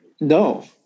no